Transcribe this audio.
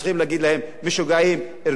רדו מהגג של המלחמה.